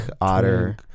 otter